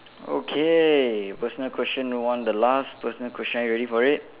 okay personal question one the last personal question are you ready for it